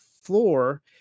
Floor